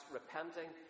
repenting